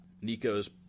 Nico's